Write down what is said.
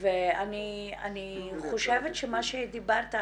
אני חושבת שמה שאמרת,